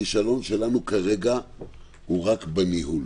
הכישלון שלנו כרגע הוא רק בניהול,